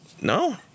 No